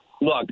Look